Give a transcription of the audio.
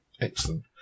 Excellent